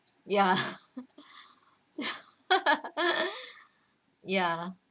ya ya